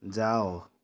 ଯାଅ